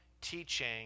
teaching